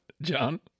John